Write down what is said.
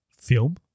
film